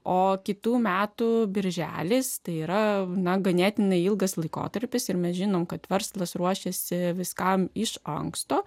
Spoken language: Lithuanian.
o kitų metų birželis tai yra na ganėtinai ilgas laikotarpis ir mes žinome kad verslas ruošiasi viskam iš anksto